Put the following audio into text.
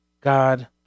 God